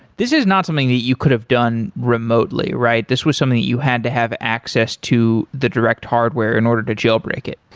this is not something that you could have done remotely, right? this was something that you had to have access to the direct hardware in order to jailbreak it.